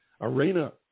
Arena